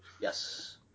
Yes